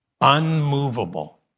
unmovable